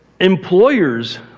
employers